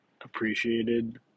appreciated